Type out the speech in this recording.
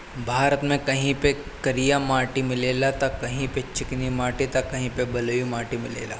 भारत में कहीं पे करिया माटी मिलेला त कहीं पे चिकनी माटी त कहीं पे बलुई माटी मिलेला